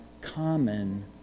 common